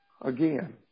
again